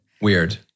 Weird